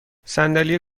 صندلی